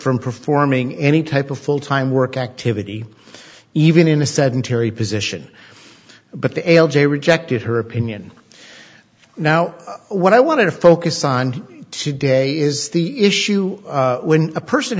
from performing any type of full time work activity even in a sedentary position but the l j rejected her opinion now what i want to focus on today is the issue when a person